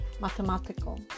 mathematical